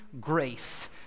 grace